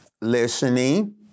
listening